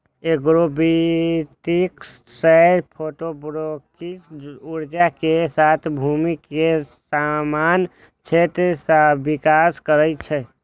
agrovoltaics सौर photovoltaic ऊर्जा के साथ भूमि के समान क्षेत्रक सहविकास करै छै